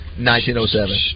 1907